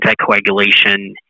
anticoagulation